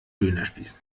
dönerspieß